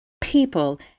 people